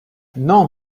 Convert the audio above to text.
non